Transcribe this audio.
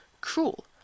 cruel